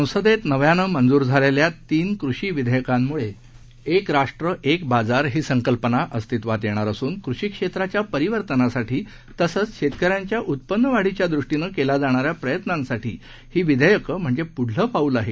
संसदेतनव्यानंमंजूरझालेल्यातीनकृषीविधेयकांमुळेएकराष्ट्र एकबाजारहीसंकल्पनाअस्तित्वातयेणारअसूनकृषीक्षेत्राच्यापरिवर्तनासाठीतसंचशेतकऱ्यां च्याउत्पन्नवाढीच्यादृष्टीनंकेल्याजाणाऱ्याप्रयत्नांसाठीहीविधेयकंहेप्ढलंपाऊलआहे